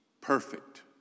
perfect